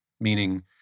Meaning